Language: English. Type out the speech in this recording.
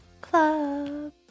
Club